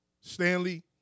Stanley